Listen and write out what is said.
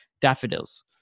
daffodils